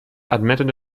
admitted